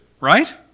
right